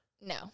No